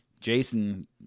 Jason